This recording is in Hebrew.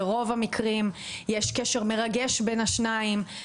ברוב המקרים יש קשר מרגש בין השניים,